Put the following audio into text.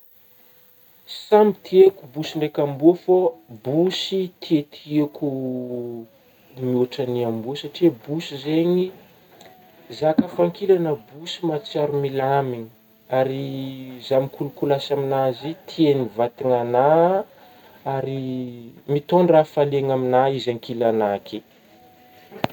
Samy tieko bosy ndraiky amboa fô bosy tietieko mihoatragny amboa satria bosy zegny, za ka fa ankilagna bosy mahatsiaro milamigny ary zah mikolokolasy amin'azy io tiagny vatagna agnah ary mitôndra hafaliagna aminah izy ankilanà ankeo.